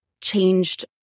changed